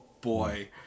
boy